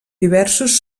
diversos